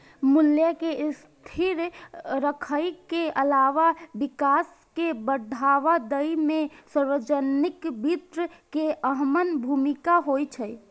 मूल्य कें स्थिर राखै के अलावा विकास कें बढ़ावा दै मे सार्वजनिक वित्त के अहम भूमिका होइ छै